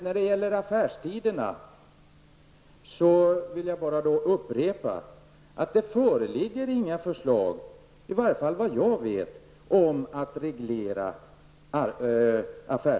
När det gäller affärstiderna vill jag bara upprepa att det, i varje fall inte såvitt jag vet, föreligger några förslag om att reglera dem.